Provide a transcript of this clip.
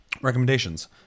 Recommendations